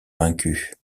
vaincue